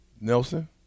Nelson